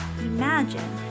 Imagine